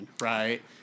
right